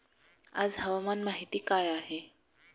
आज हवामान माहिती काय आहे?